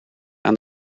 aan